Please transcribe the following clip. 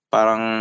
Parang